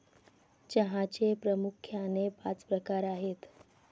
चहाचे प्रामुख्याने पाच प्रकार आहेत